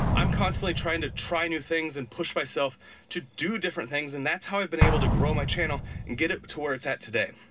i'm constantly trying to try new things and push myself to do different things and that's how i've been able to grow my channel and get it to where it's at today.